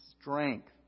strength